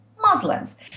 Muslims